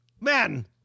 Man